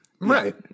Right